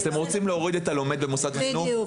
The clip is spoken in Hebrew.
אתם רוצים להוריד את "הלומד במוסד חינוך"?